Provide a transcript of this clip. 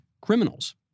criminals